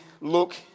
look